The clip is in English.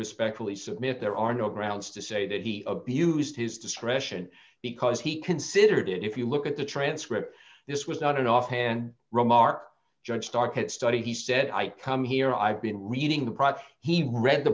respectfully submit there are no grounds to say that he abused his discretion because he considered it if you look at the transcript this was not an offhand remark judge starr can't study he said i come here i've been reading the process he read the